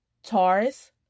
Taurus